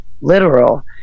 literal